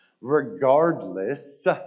Regardless